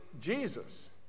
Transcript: Jesus